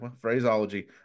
phraseology